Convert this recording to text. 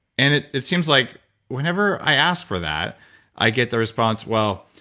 and it it seems like whenever i ask for that i get the response, well,